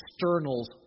externals